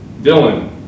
Dylan